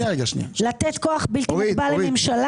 לתת כוח בלתי מוגבל לממשלה?